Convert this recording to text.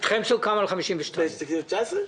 אתכם סוכם על 52. ב-2019?